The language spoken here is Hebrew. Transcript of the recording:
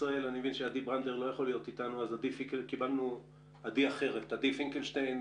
עדי פינקלשטיין,